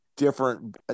Different